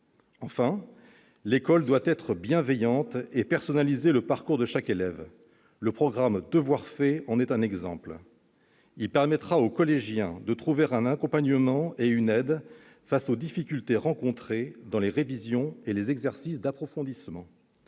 Enfin, l'école doit être bienveillante et personnaliser le parcours de chaque élève. Le programme « Devoirs faits » en est un exemple. Il permettra aux collégiens de trouver un accompagnement et une aide face aux difficultés rencontrées durant les révisions et des exercices d'approfondissement.